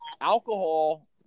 alcohol